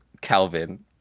Calvin